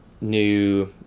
new